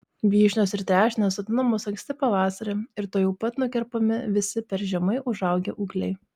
vyšnios ir trešnės sodinamos anksti pavasarį ir tuojau pat nukerpami visi per žemai užaugę ūgliai